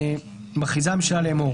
מכריזה הממשלה לאמור: